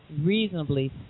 Reasonably